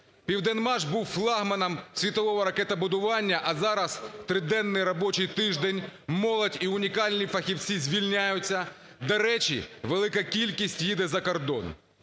"Південмаш" був флагманом світового ракетобудування, а зараз триденний робочий тиждень, молодь і унікальні фахівці звільняються, до речі, велика кількість їде за кордон.